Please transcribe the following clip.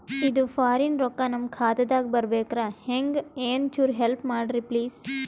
ಇದು ಫಾರಿನ ರೊಕ್ಕ ನಮ್ಮ ಖಾತಾ ದಾಗ ಬರಬೆಕ್ರ, ಹೆಂಗ ಏನು ಚುರು ಹೆಲ್ಪ ಮಾಡ್ರಿ ಪ್ಲಿಸ?